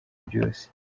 byose